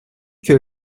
que